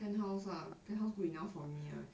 penthouse lah penthouse good enough for me right